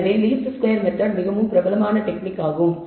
எனவே least square method மிகவும் பிரபலமான டெக்னிக் ஆகும்